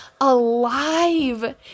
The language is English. alive